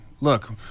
Look